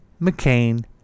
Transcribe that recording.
McCain